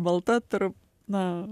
balta ir na